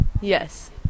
Yes